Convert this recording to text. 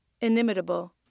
Inimitable